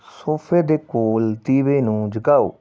ਸੋਫੇ ਦੇ ਕੋਲ ਦੀਵੇ ਨੂੰ ਜਗਾਓ